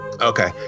okay